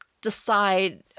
decide